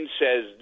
says